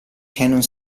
cannon